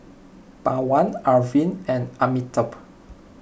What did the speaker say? Pawan Arvind and Amitabh